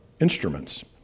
instruments